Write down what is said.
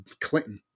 Clinton